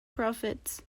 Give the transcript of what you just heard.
profits